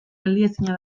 geldiezina